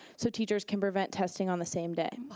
so teachers can prevent testing on the same day.